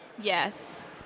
Yes